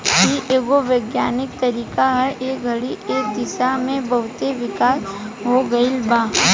इ एगो वैज्ञानिक तरीका ह ए घड़ी ए दिशा में बहुते विकास हो गईल बा